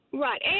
Right